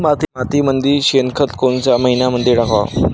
मातीमंदी शेणखत कोनच्या मइन्यामंधी टाकाव?